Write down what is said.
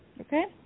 Okay